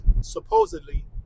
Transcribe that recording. supposedly